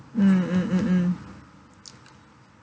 mm mm mm mm